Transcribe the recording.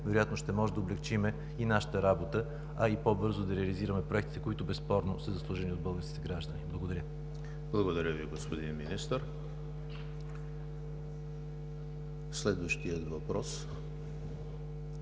вероятно ще можем да облекчим и нашата работа, а и по-бързо да реализираме проектите, които безспорно са заслужени от българските граждани. Благодаря. ПРЕДСЕДАТЕЛ ЕМИЛ ХРИСТОВ: Благодаря Ви, господин Министър. Следващият въпрос